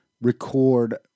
record